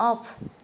of